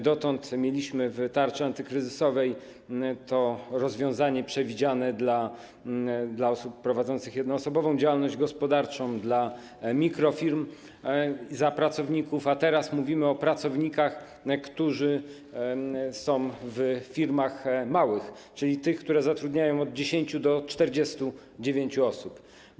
Dotąd mieliśmy w tarczy antykryzysowej to rozwiązanie przewidziane dla osób prowadzących jednoosobową działalność gospodarczą, dla mikrofirm w odniesieniu do pracowników, a teraz mówimy o pracownikach, którzy są w firmach małych, czyli tych, które zatrudniają od 10 do 49 osób.